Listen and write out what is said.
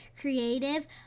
creative